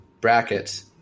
brackets